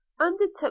undertook